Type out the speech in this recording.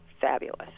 fabulous